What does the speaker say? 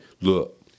Look